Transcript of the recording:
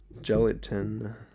Gelatin